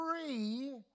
free